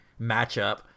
matchup